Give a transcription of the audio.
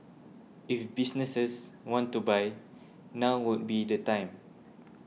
if businesses want to buy now would be the time